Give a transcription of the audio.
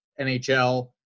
NHL